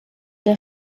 der